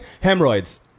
Hemorrhoids